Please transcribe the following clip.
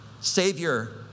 savior